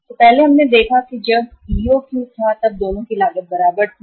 तो पहले EOQ तब था जब दोनों की लागत बराबर थी